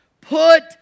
Put